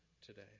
today